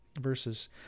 Verses